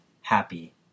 happy